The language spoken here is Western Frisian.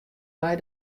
mei